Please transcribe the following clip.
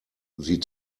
sie